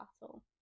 battle